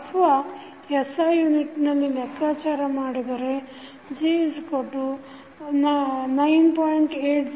ಅಥವಾ SI ಯುನಿಟ್ನಲ್ಲಿ ಲೆಕ್ಕಾಚಾರ ಮಾಡಿದರೆ g 9